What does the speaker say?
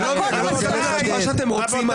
אם היא לא נותנת לכם את התשובה שאתם רוצים,